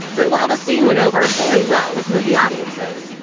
but while the scene went over very well with movie audiences,